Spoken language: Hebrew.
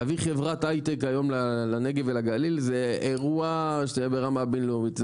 להביא חברת הייטק היום לנגב ולגליל זה אירוע ברמה בינלאומית,